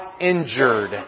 injured